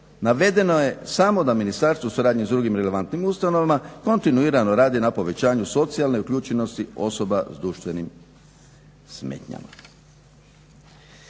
Navedeno je samo da ministarstvo u suradnji s drugim relevantnim ustanovama kontinuirano radi na povećanju socijalne uključenosti osoba s društvenim smetnjama.